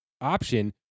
option